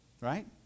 right